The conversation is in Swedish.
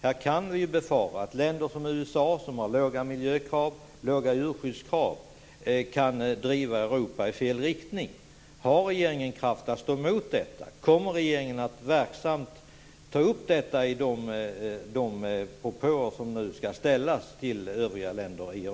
Här kan vi ju befara att länder som USA, som har låga miljöoch djurskyddskrav, kan driva Europa i fel riktning. Har regeringen kraft att stå emot detta? Kommer regeringen att verksamt ta upp detta i de propåer som nu skall ställas till övriga länder i EU?